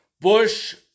Bush